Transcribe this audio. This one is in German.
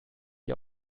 die